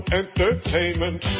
entertainment